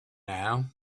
now